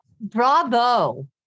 bravo